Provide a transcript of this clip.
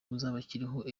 uzabakiriho